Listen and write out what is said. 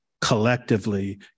collectively